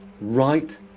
right